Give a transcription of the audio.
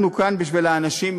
אנחנו כאן בשביל האנשים,